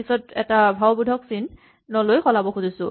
" লৈ সলাব খুজিছো